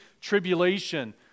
tribulation